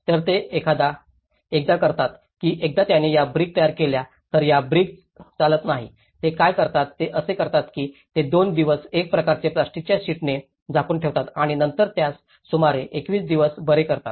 तर ते एकदा करतात की एकदा त्यांनी या ब्रिक तयार केल्या तर या ब्रिक चालत नाहीत ते काय करतात ते असे करतात की ते दोन दिवस एक प्रकारचे प्लास्टिकच्या शीट्सने झाकून ठेवतात आणि नंतर त्यास सुमारे 21 दिवस बरे करतात